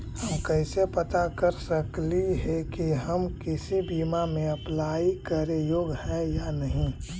हम कैसे पता कर सकली हे की हम किसी बीमा में अप्लाई करे योग्य है या नही?